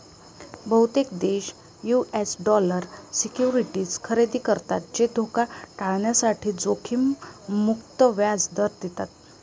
बहुतेक देश US dollar securities खरेदी करतात जे धोका टाळण्यासाठी जोखीम मुक्त व्याज दर देतात